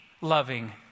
loving